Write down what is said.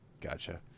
Gotcha